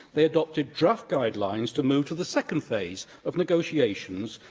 they adopted draft guidelines to move to the second phase of negotiations,